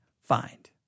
find